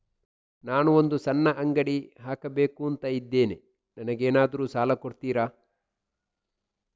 ನಾನು ಒಂದು ಸಣ್ಣ ಅಂಗಡಿ ಹಾಕಬೇಕುಂತ ಇದ್ದೇನೆ ನಂಗೇನಾದ್ರು ಸಾಲ ಕೊಡ್ತೀರಾ?